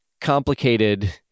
complicated